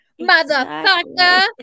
motherfucker